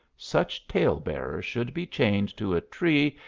such tale-bearer should be chained to a tree,